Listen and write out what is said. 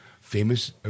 Famous